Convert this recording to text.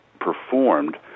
performed